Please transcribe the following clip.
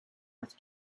with